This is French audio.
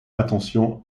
attention